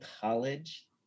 college